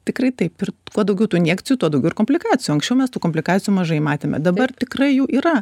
tikrai taip ir kuo daugiau tų injekcijų tuo daugiau ir komplikacijų anksčiau mes tų komplikacijų mažai matėme dabar tikrai jų yra